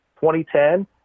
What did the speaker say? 2010